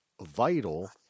vital